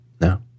No